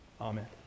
Amen